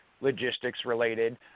logistics-related